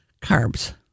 carbs